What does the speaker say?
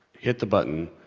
hit the button,